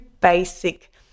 basic